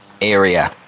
area